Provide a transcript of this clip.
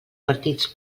partits